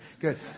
good